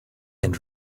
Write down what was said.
and